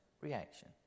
reaction